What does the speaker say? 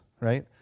right